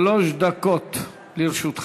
שלוש דקות לרשותך.